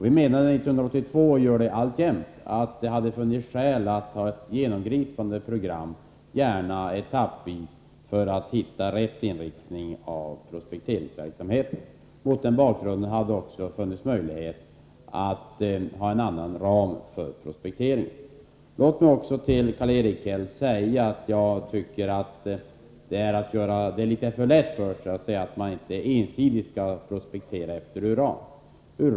Vi menade 1982, och gör det alltjämt, att det hade funnits skäl att arbeta enligt ett genomgripande program, gärna etappvis, för att hitta rätt inriktning av prospekteringsverksamheten. Mot den bakgrunden hade det också funnits möjlighet att ha en annan ram för prospekteringen. Låt mig också till Karl-Erik Häll säga, att jag tycker att det är att göra det litet för lätt för sig att hävda att man inte ensidigt skall prospektera med uran som utgångspunkt.